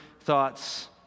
thoughts